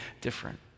different